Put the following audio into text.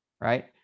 right